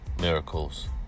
miracles